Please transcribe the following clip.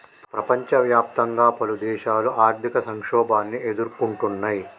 ప్రపంచవ్యాప్తంగా పలుదేశాలు ఆర్థిక సంక్షోభాన్ని ఎదుర్కొంటున్నయ్